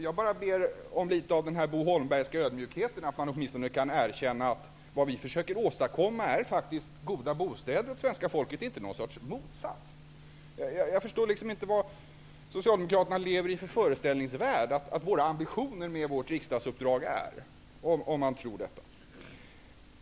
Jag bara ber om att få se litet av den Bo Holmbergska ödmjukheten, att man åtminstone kan erkänna att vi försöker skapa goda bostäder åt svenska folket och inte någon sorts motsats. Jag förstår inte vad Socialdemokraterna lever i för föreställningsvärld, vad de tror att våra ambitioner med vårt riksdagsuppdrag är.